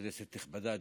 כנסת נכבדה,